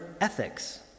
ethics